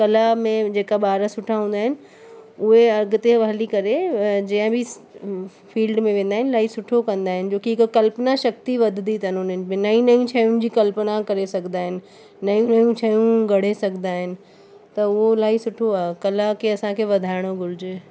कला में जेका ॿार सुठा हूंदा आहिनि उहे अॻिते हली करे जंहिं बि फील्ड में वेंदा आहिनि इलाही सुठो कंदा आहिनि जो की हिकु कल्पना शक्ति वधंदी अथनि उन्हनि में नयूं नयूं शयुनि जी कल्पना करे सघंदा आहिनि नयूं नयूं शयूं घड़े सघंदा आहिनि त उहो इलाही सुठो आहे कल्पना खे असांखे वधाइणो घुरिजे